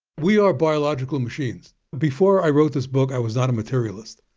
we are biological machines. before i wrote this book i was not a materialist.